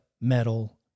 metal